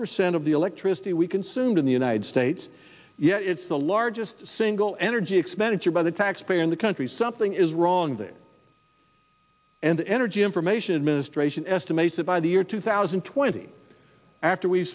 percent of the electricity we consumed in the united states yet it's the largest single energy expenditure by the taxpayer in the country something is wrong with it and the energy information administration estimates that by the year two thousand and twenty after we